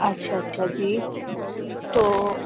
اچھا اچھا جی تو